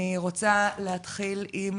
אני רוצה להתחיל עם